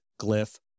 Glyph